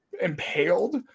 impaled